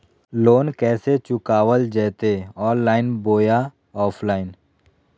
Loan कैसे चुकाबल जयते ऑनलाइन बोया ऑफलाइन?